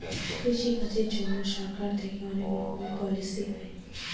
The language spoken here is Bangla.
কৃষি কাজের জন্যে সরকার থেকে অনেক রকমের পলিসি হয়